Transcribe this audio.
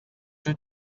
you